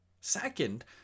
Second